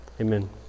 amen